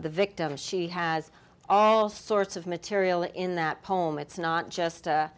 the victim she has all sorts of material in that poem it's not just